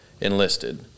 enlisted